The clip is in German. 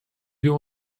wir